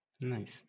Nice